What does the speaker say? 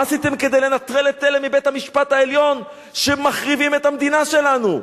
מה עשיתם כדי לנטרל את אלה מבית-המשפט העליון שמחריבים את המדינה שלנו?